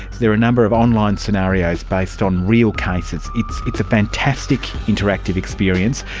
there are a number of online scenarios based on real cases. it's it's a fantastic interactive experience.